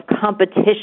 competition